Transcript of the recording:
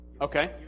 okay